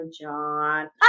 john